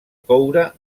coure